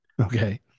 Okay